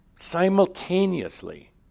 Simultaneously